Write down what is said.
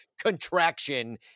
contraction